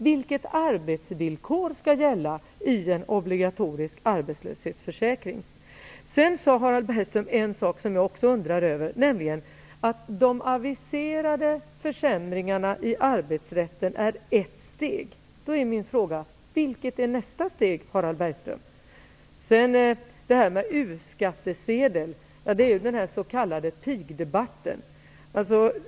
Vidare sade Harald Bergström en sak som jag också undrar över, nämligen att de aviserade försämringarna i arbetsrätten är ett steg. Då är min fråga: Vilket är nästa steg, Harald Bergström? Sedan det här med U-skattsedel. Det är ju den s.k. pigdebatten.